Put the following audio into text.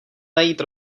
najít